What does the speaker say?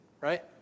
right